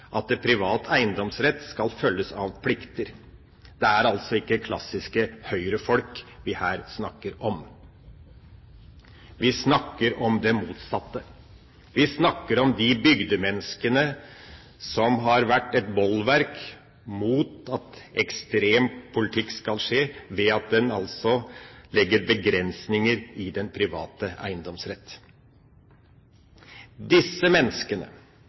at privat eiendomsrett skal følges av plikter. Det er altså ikke klassiske Høyre-folk vi her snakker om. Vi snakker om det motsatte. Vi snakker om bygdemennesker som har vært et bolverk mot ekstrem politikk, ved at en altså legger begrensninger i den private eiendomsrett. Disse menneskene